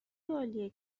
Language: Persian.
عالیه